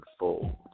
unfolds